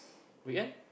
we can